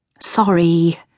Sorry